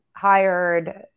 hired